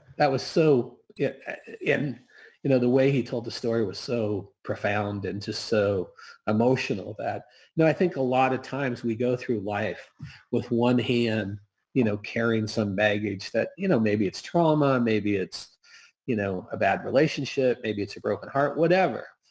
that was so yeah and you know the way he told the story was so profound and just so emotional that i think a lot of times we go through life with one hand you know carrying some baggage that you know maybe it's trauma, maybe it's you know a bad relationship. maybe it's a broken heart, whatever.